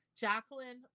Jacqueline